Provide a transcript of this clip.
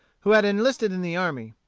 who had enlisted in the army.